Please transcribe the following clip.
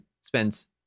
spends